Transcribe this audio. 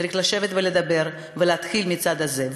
צריך לשבת ולדבר ולהתחיל מהצעד הזה.